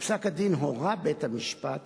בפסק-הדין הורה בית-המשפט